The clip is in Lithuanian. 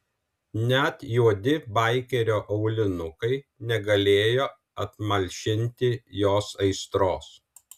net juodi baikerio aulinukai negalėjo apmalšinti jos aistros